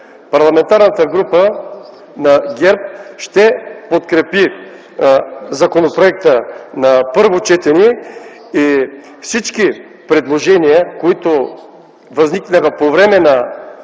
Парламентарната група на ГЕРБ ще подкрепи законопроекта на първо четене. Всички предложения, които възникнаха по време на